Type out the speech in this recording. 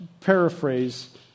paraphrase